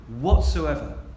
whatsoever